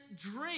drink